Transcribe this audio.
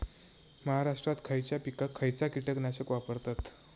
महाराष्ट्रात खयच्या पिकाक खयचा कीटकनाशक वापरतत?